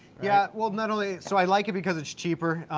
yeah, well not only, so i like it because it's cheaper,